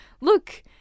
look